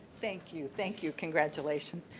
thank you. thank you. congratulations.